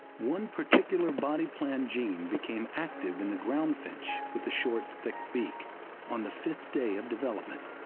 one particular body-plan gene became active in the ground finch with the short, thick beak on the fifth day of development,